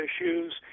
issues